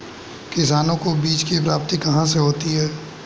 किसानों को बीज की प्राप्ति कहाँ से होती है?